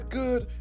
good